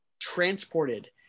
transported